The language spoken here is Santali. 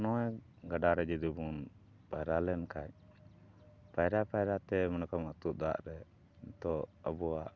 ᱱᱚᱜᱼᱚᱭ ᱜᱟᱰᱟᱨᱮ ᱡᱩᱫᱤ ᱵᱚᱱ ᱯᱟᱭᱨᱟ ᱞᱮᱱᱠᱷᱟᱱ ᱯᱟᱭᱨᱟ ᱯᱟᱭᱨᱟ ᱛᱮ ᱢᱟᱱᱮ ᱠᱟᱜ ᱢᱮ ᱟᱛᱩᱜ ᱫᱟᱜ ᱨᱮ ᱱᱤᱛᱚᱜ ᱟᱵᱚᱣᱟᱜ